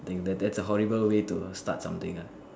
then that's a horrible way to start something ah